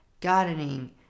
gardening